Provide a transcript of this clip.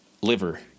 liver